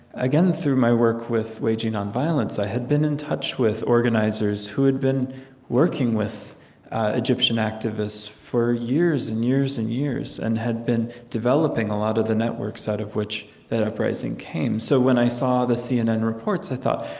again, through my work with waging nonviolence, i had been in touch with organizers who had been working with egyptian activists for years and years and years. and had been developing a lot of the networks out of which that uprising came. so when i saw the cnn reports, i thought,